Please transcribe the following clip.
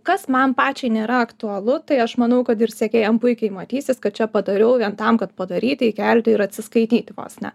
kas man pačiai nėra aktualu tai aš manau kad ir sekėjam puikiai matysis kad čia padariau vien tam kad padaryti įkelti ir atsiskaityti vos ne